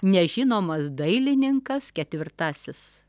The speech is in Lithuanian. nežinomas dailininkas ketvirtasis